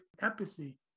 empathy